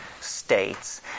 states